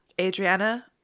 Adriana